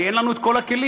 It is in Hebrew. כי אין לנו כל הכלים.